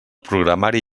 programari